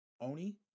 Oni